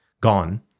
gone